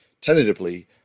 Tentatively